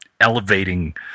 elevating